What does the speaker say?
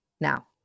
now